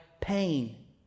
pain